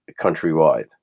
countrywide